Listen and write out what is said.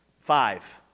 five